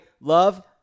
love